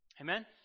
Amen